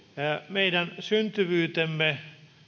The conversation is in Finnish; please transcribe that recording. meidän syntyvyytemme